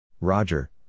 Roger